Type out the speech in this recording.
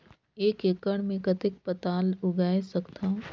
एक एकड़ मे कतेक पताल उगाय सकथव?